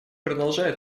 продолжает